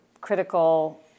critical